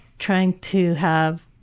trying to have